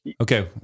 Okay